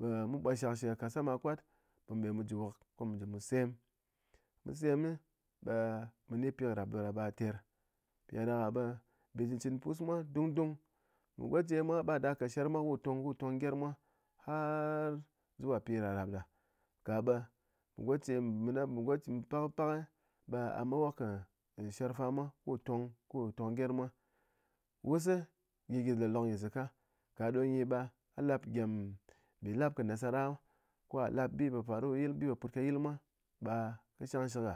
ɓe mu ɓwot shak shɨ kasama kwat ɓe mu be mu ji wok, ko mu ji mu sem, mu sem ɓe mu ni pi kɨ rap ɗoɗa ɓe gha ter, mpiɗáɗaká ɓe mbi chɨn chɨn pus mwa dung dung mé goche mwa ɓa da kat sher mwa ku tong ku tong gyerm mwa har zuwa pi rápráp ɗa kaɓe goche ɓe gha met wok kɨ sher fa mwa ku tong ku tong gyerm mwa, wus nyi gyi loklok nyi zaka, kaɗonyi ɓe a lap ɗyém mpi lap kɨ nasara, ko ghá lap bi po faru kɨ yil bi po put ka yil mwa ɓe kɨshɨ kɨshɨk'a